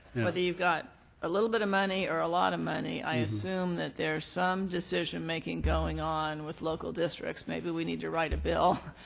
whether you've got a little bit of money or a lot of money, i assume that there's some decision making going on with local districts. maybe we need to write a bill,